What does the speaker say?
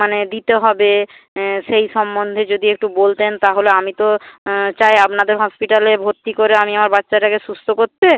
মানে দিতে হবে সেই সম্বন্ধে যদি একটু বলতেন তাহলে আমি তো চাই আপনাদের হসপিটালে ভর্তি করে আমি আমার বাচ্চাটাকে সুস্থ করতে